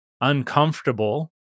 uncomfortable